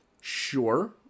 Sure